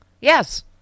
Yes